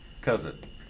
Cousin